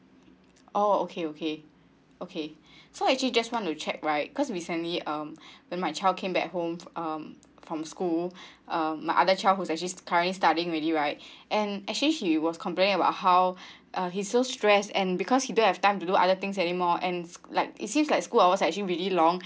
oh okay okay okay so actually just want to check right cause we send him um when my child came back at home um from school um my other child who is actually currently studying really right and actually he was complaining about how uh he so stress and because he don't have time to do other things anymore and like it seems like school hours are actually really long